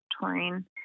touring